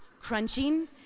crunching